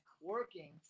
working